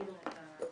גדעון,